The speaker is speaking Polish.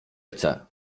chce